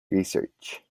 research